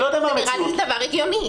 נראה לי הגיוני.